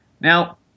Now